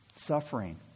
Suffering